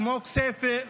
כמו כסייפה,